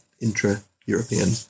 intra-European